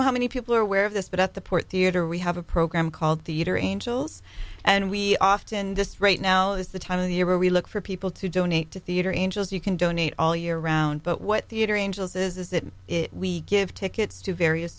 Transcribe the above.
know how many people are aware of this but at the port theatre we have a program called theater angels and we often this right now is the time of the year where we look for people to donate to theater angels you can donate all year round but what theater angels is is that we give tickets to various